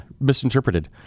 misinterpreted